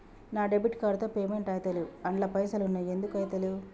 నా debit card తో payment ఐతలేవ్ అండ్ల పైసల్ ఉన్నయి ఎందుకు ఐతలేవ్?